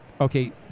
okay